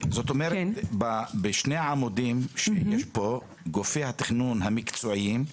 בשני העמודים שיש פה גופי התכנון המקצועיים,